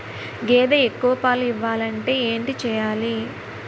గేదె ఎక్కువ పాలు ఇవ్వాలంటే ఏంటి చెయాలి?